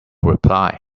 reply